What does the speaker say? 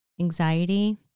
anxiety